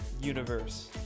universe